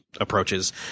approaches